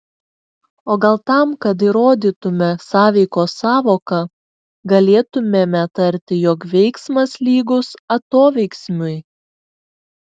o gal tam kad įrodytume sąveikos sąvoką galėtumėme tarti jog veiksmas lygus atoveiksmiui